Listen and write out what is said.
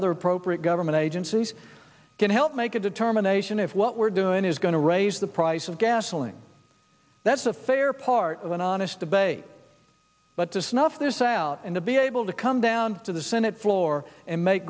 other appropriate government agencies can help make a determination if what we're doing is going to raise the price of gasoline that's a fair part of an honest debate but to snuff this out and to be able to come down to the senate floor and make